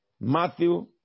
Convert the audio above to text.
Matthew